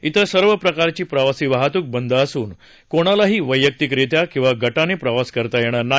तिर सर्व प्रकारची प्रवासी वाहतूक बंद असून कोणालाही वैयक्तिक रीत्या किंवा गटाने प्रवास करता येणार नाही